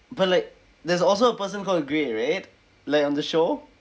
but like there's also a person called grey right like on the show